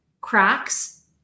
cracks